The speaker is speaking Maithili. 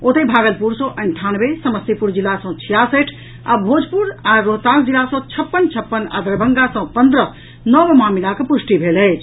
ओतहि भागलपुर सँ अंठानवे समस्तीपुर जिला सँ छियासठि आ भोजपुर आ रोहतास जिला सँ छप्पन छप्पन आ दरभंगा सँ पंद्रह नव मामिलाक पुष्टि भेल अछि